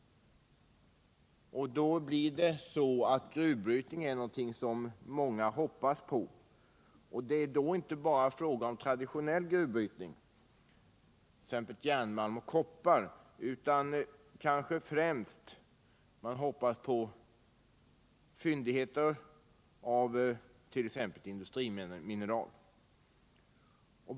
Då är gruvbrytning någonting som man hoppas på. Det är då inte bara fråga om traditionell gruvbrytning av t.ex. järnmalm och koppar, utan man kanske främst hoppas på fyndigheter av t.ex. industrimineral.